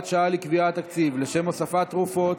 שעה לקביעת תקציב לשם הוספת תרופות,